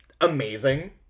amazing